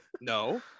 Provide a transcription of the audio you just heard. No